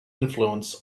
influence